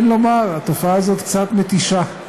אין לומר, התופעה הזאת קצת מתישה.